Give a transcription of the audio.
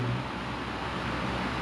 oh cannot ah